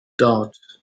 doubt